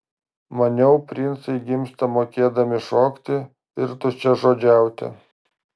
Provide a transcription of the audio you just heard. maniau princai gimsta mokėdami šokti ir tuščiažodžiauti